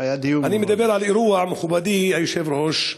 אני מדבר על אירוע, מכובדי היושב-ראש,